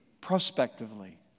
prospectively